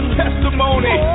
testimony